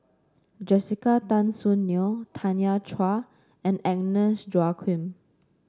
Jessica Tan Soon Neo Tanya Chua and Agnes Joaquim